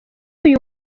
uyu